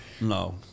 No